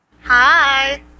Hi